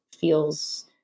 feels